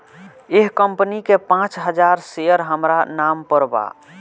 एह कंपनी के पांच हजार शेयर हामरा नाम पर बा